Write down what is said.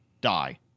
die